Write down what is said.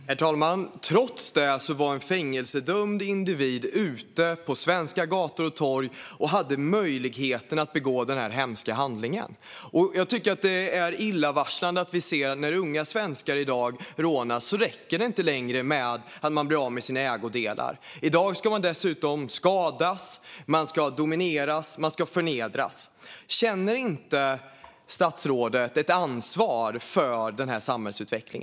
Herr talman! Trots detta var en fängelsedömd individ ute på svenska gator och torg och hade möjlighet att begå denna hemska handling. Jag tycker att det är illavarslande att när svenska ungdomar i dag blir rånade räcker det inte längre med att de blir av med sina ägodelar. De ska dessutom skadas, domineras och förnedras. Känner statsrådet inget ansvar för denna samhällsutveckling?